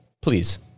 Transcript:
please